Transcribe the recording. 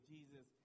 Jesus